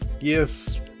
yes